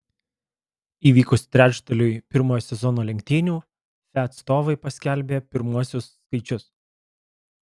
įvykus trečdaliui pirmojo sezono lenktynių fe atstovai paskelbė pirmuosius skaičius